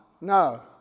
No